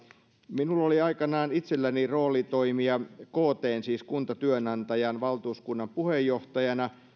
minulla oli aikanaan itselläni rooli toimia ktn siis kuntatyönantajien valtuuskunnan puheenjohtajana